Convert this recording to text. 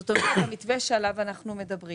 זאת אומרת, המתווה שעליו אנחנו מדברים